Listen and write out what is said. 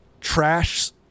trash